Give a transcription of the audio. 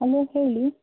hello ಹೇಳಿ